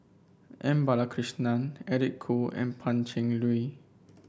M Balakrishnan Eric Khoo and Pan Cheng Lui